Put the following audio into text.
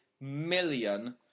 million